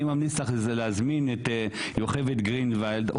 אני ממליץ לך להזמין את יוכבד גרינוויילד.